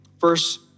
verse